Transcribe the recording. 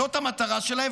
זאת המטרה שלהם.